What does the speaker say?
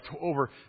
over